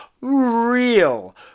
real